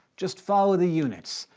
just follow the units.